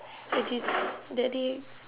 that day